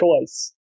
choice